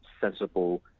sensible